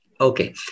Okay